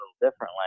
differently